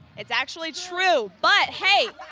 it's actually true. but, hey,